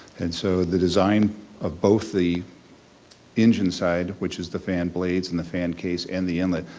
and so the design of both the engine side, which is the fan blades and the fan case and the inlet,